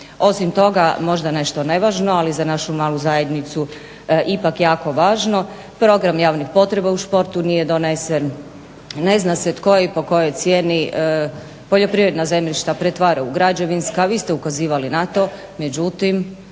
Osim toga možda nešto nevažno, ali za našu malu zajednicu ipak jako važno. Program javnih potreba u sportu nije donesen, ne zna se tko je i po kojoj cijeni poljoprivredna zemljišta pretvarao u građevinska, a vi ste ukazivali na to, međutim